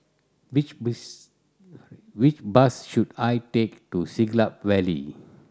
which which bus should I take to Siglap Valley